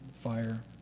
fire